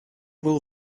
will